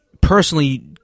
personally